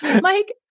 Mike